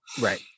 Right